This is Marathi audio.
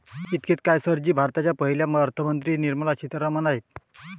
इतकेच काय, सर जी भारताच्या पहिल्या महिला अर्थमंत्री निर्मला सीतारामन आहेत